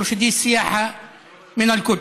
(אומר בערבית: